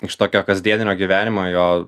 iš tokio kasdieninio gyvenimo jo